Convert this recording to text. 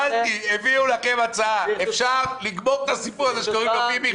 הביאו לכם הצעה: אפשר לגמור את הסיפור הזה שקוראים לו ביבי,